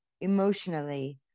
emotionally